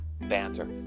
banter